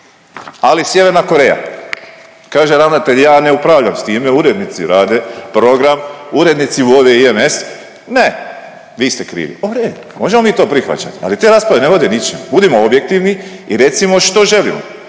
Ali Sjeverna Koreja. Kaže ravnatelj ja ne upravljam s time, urednici rade program, urednici vode IMS. Ne, vi ste krivi. U redu, možemo mi to prihvaćati, ali te rasprave ne vode ničemu. Budimo objektivni i recimo što želimo.